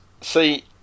See